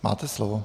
Máte slovo.